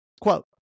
quote